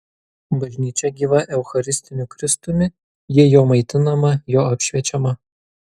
bažnyčia gyva eucharistiniu kristumi ji jo maitinama jo apšviečiama